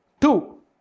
Two